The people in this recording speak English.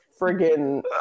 friggin